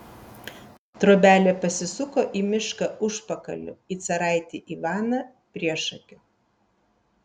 trobelė pasisuko į mišką užpakaliu į caraitį ivaną priešakiu